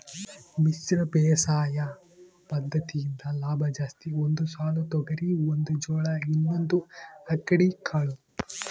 ಮಿಶ್ರ ಬೇಸಾಯ ಪದ್ದತಿಯಿಂದ ಲಾಭ ಜಾಸ್ತಿ ಒಂದು ಸಾಲು ತೊಗರಿ ಒಂದು ಜೋಳ ಇನ್ನೊಂದು ಅಕ್ಕಡಿ ಕಾಳು